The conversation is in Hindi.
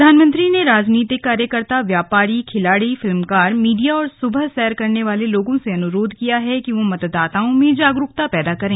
प्रधानमंत्री ने राजनीतिक कार्यकर्ता व्यापारी खिलाड़ी फिल्मकार मीडिया और सुबह सैर करने वाले लोगों से अनुरोध किया है कि वे मतदाताओं में जागरूकता पैदा करें